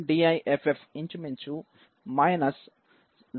ఈ numDiff ఇంచుమించు 0